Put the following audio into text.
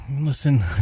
listen